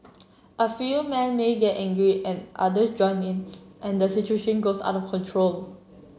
a few man may get angry and others join in and the situation goes out of control